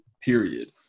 period